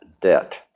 debt